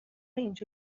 اینجا